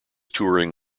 touring